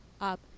up